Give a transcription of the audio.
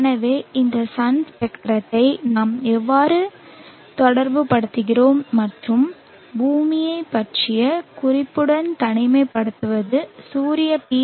எனவே இந்த சன் ஸ்பெக்ட்ரத்தை நாம் எவ்வாறு தொடர்புபடுத்துகிறோம் மற்றும் பூமியைப் பற்றிய குறிப்புடன் தனிமைப்படுத்துவது சூரிய பி